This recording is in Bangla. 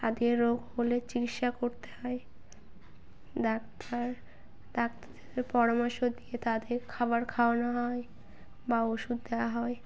তাদের রোগ হলে চিকিৎসা করতে হয় ডাক্তার ডাক্তারদের পরামর্শ দিয়ে তাদের খাবার খাওয়ানো হয় বা ওষুধ দেওয়া হয়